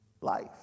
life